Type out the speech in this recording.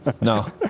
No